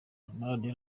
amaradiyo